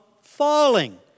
falling